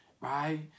right